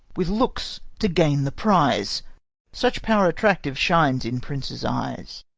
with looks to gain the prize such power attractive shines in princes' eyes.